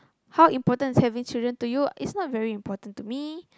how important is having children to you it's not very important to me